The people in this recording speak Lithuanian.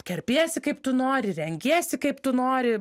kerpiesi kaip tu nori rengiesi kaip tu nori